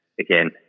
again